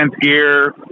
gear